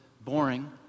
boring